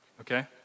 Okay